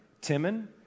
Timon